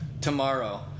tomorrow